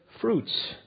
fruits